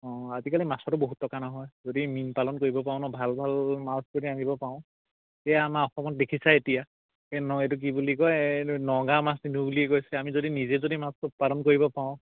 অঁ আজিকালি মাছটো বহুত টকা নহয় যদি মীন পালন কৰিব পাৰোঁ ন ভাল ভাল মাছ যদি আনিব পাৰোঁ এয়া আমাৰ অসমত দেখিছাই এতিয়া ন এইটো কি বুলি কয় নগাঁৱৰ মাছ নিদিওঁ বুলি কৈছে আমি যদি নিজে যদি মাছটো উৎপাদন কৰিব পাৰোঁ